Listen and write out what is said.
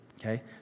Okay